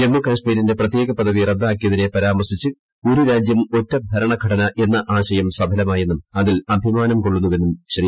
ജമ്മുകാശ്മീരിന്റെ പ്രത്യേക പദവി റദ്ദാക്കിയതിനെ പരാമർശിച്ച് ഒരുരാജ്യംഒറ്റ ഭരണഘടന എന്ന ആശയം സഫലമായെന്നും അതിൽ അഭിമാനം കൊള്ളുവെന്നും ശ്രീ